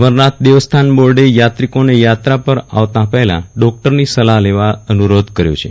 અમરનાથ દેવસ્થાન બોર્ડએ યાત્રિકોને યાત્રા પર આવતા પહેલા ડોક્ટરની સલાહ લેવા અનુરોધ કર્યો છે